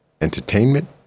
entertainment